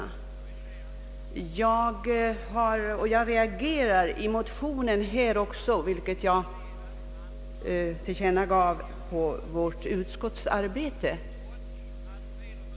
Av den anledningen har jag reagerat en smula mot motionen, vilket jag också tillkännagav under utskottsarbetet.